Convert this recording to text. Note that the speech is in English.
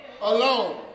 alone